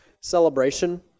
celebration